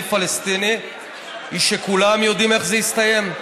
פלסטיני היא שכולם יודעים איך זה יסתיים.